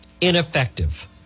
Ineffective